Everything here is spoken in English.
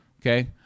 Okay